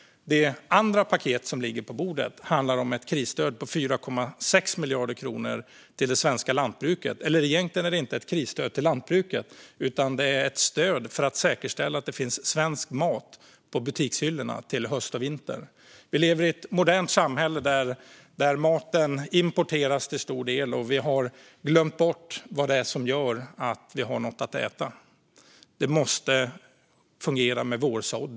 Det andra paket som ligger på bordet handlar om ett krisstöd på 4,6 miljarder kronor till det svenska lantbruket. Eller egentligen är det inte ett krisstöd till lantbruket utan ett stöd för att säkerställa att det finns svensk mat på butikshyllorna till hösten och vintern. Vi lever i ett modernt samhälle där maten till stor del importeras, och vi har glömt bort vad som gör att vi har något att äta. Det måste fungera med vårsådd.